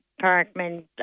parkman